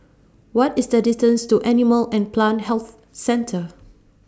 What IS The distance to Animal and Plant Health Centre